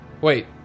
Wait